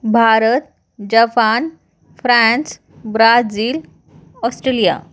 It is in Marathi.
Bharat Japan France Brazil Australia